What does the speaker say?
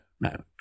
no